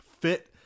fit